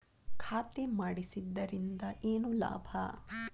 ಖಾತೆ ಮಾಡಿಸಿದ್ದರಿಂದ ಏನು ಲಾಭ?